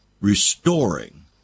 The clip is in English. restoring